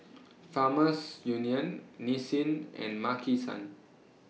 Farmers Union Nissin and Maki San